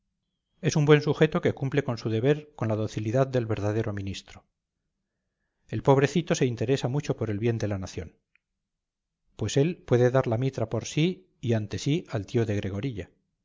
es un buen sujeto que cumple con su deber con la docilidad del verdadero ministro el pobrecito se interesa mucho por el bien de la nación pues él puede dar la mitra por sí y ante sí al tío de gregorilla